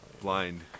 blind